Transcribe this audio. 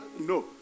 no